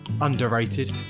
Underrated